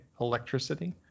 electricity